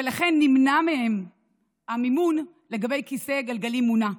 ולכן נמנע מהם המימון לכיסא גלגלים ממונע.